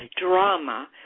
drama